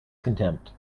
contempt